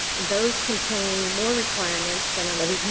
those contain more requirements than under the